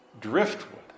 driftwood